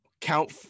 count